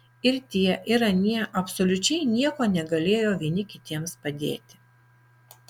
ir tie ir anie absoliučiai nieko negalėjo vieni kitiems padėti